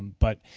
but